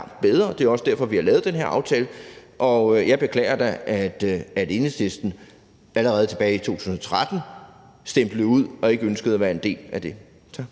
bedre, og det er også derfor, at vi har lavet den her aftale. Og jeg beklager da, at Enhedslisten allerede tilbage i 2013 stemplede ud og ikke ønskede at være en del af det. Tak.